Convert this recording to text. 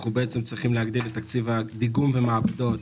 אנחנו צריכים להגדיל את תקציב הדיגום והמעבדות